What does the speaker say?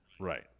Right